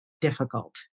difficult